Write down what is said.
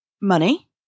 money